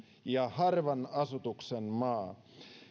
ja harvan asutuksen maa